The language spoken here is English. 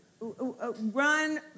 run